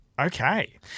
Okay